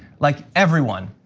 like everyone,